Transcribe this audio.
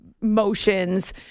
motions